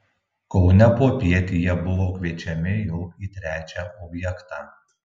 kaune popiet jie buvo kviečiami jau į trečią objektą